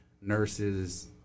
nurses